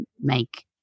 make